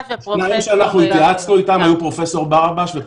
השניים שאנחנו התייעצנו איתם היו פרופ' ברבש ופרופ' גמזו.